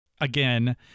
again